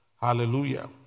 Hallelujah